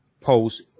post